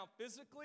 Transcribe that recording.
physically